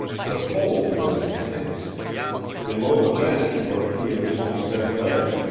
the cold was intense below the bench where pierre's homestead lay,